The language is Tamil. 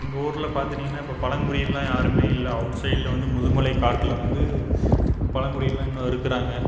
எங்கள் ஊரில் பார்த்துட்டீங்கன்னா இப்போ பழங்குடியிலல்லாம் யாருமே இல்லை அவுட்சைடில் வந்து முதுமலை காட்டில் வந்து பழங்குடியிலாம் இன்னும் இருக்கிறாங்க